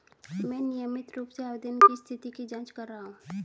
मैं नियमित रूप से आवेदन की स्थिति की जाँच कर रहा हूँ